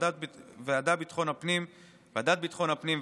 ועדות ביטחון הפנים,